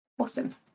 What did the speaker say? Awesome